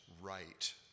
right